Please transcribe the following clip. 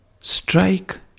Strike